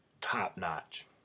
top-notch